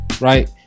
right